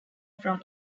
from